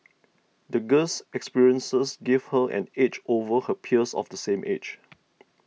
the girl's experiences gave her an edge over her peers of the same age